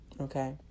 okay